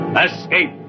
Escape